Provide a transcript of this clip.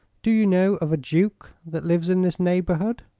do you know of a duke that lives in this neighborhood?